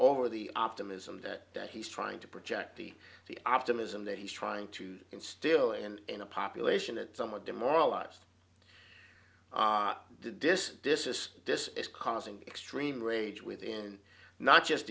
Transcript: over the optimism that that he's trying to project in the optimism that he's trying to instill in in a population that some of demoralized decide this is this is causing extreme rage within not just